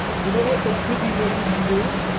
you know what they could be waiting to do?